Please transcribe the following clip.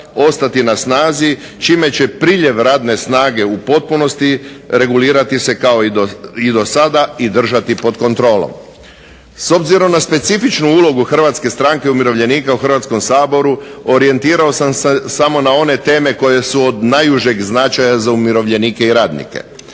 ostati na snazi čime će priljev radne snage u potpunosti regulirati se kao i dosada i držati pod kontrolom. S obzirom na specifičnu ulogu HSU-u u Hrvatskom saboru orijentirao sam se samo na one teme koje su od najužeg značaja za umirovljenike i radnike.